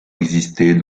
exister